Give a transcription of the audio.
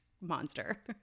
monster